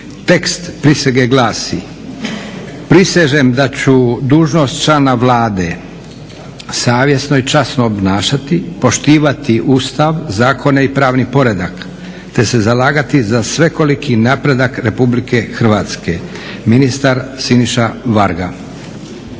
Tekst prisege glasi: Prisežem da ću dužnost člana Vlade savjesno i časno obnašati, poštivati Ustav, zakone i pravni poredak, te se zalagati za svekoliki napredak Republike Hrvatske. Ministar Siniša Varga.